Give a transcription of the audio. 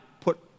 put